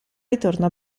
ritorno